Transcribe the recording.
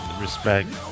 respect